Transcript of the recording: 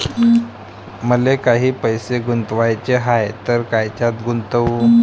मले काही पैसे गुंतवाचे हाय तर कायच्यात गुंतवू?